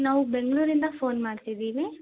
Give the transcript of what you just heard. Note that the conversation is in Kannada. ನಾವು ಬೆಂಗಳೂರಿಂದ ಫೋನ್ ಮಾಡ್ತಿದ್ದೀವಿ